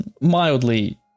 mildly